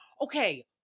okay